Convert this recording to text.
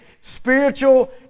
spiritual